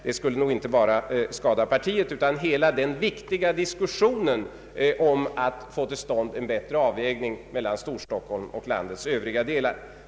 Det skulle nog skada inte bara partiet utan hela den viktiga diskussionen om att få till stånd en bättre avvägning mellan Storstockholm och landets övriga delar.